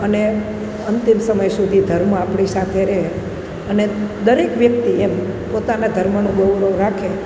અને અંતિમ સમય સુધી ધર્મ આપણી સાથે રહે અને દરેક વ્યક્તિ એમ પોતાના ધર્મનું ગૌરવ રાખે